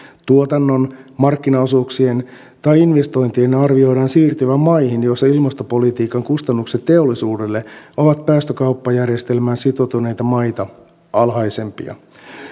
tuotannon markkinaosuuksien tai investointien arvioidaan siirtyvän maihin joissa ilmastopolitiikan kustannukset teollisuudelle ovat päästökauppajärjestelmään sitoutuneita maita alhaisempia